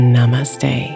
Namaste